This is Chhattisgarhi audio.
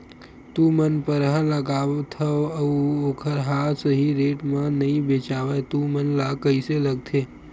तू मन परहा लगाथव अउ ओखर हा सही रेट मा नई बेचवाए तू मन ला कइसे लगथे?